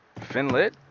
Finlit